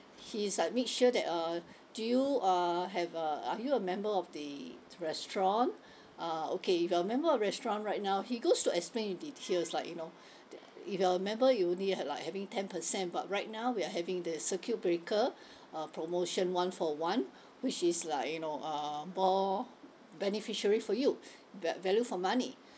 he's like made sure that uh do you uh have a are you a member of the restaurant uh okay if you're a member of restaurant right now he goes to explain in details like you know the if you're a member you only have like having ten percent but right now we are having the circuit breaker uh promotion one for one which is like you know um more beneficiary for you va~ value for money